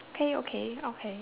okay okay okay